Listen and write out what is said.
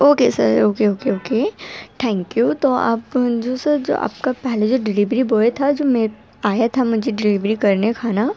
او کے sir okay okay okay thank ہو تو آپ جو سر آپ کا پہلے جو ڈیلیوری بوائے تھا جو میں آیا تھا مجھے ڈیلیوری کرنے کھانا